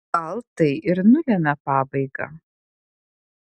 gal tai ir nulemia pabaigą